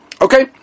Okay